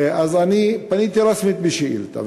ואז פניתי רשמית בשאילתה.